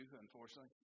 unfortunately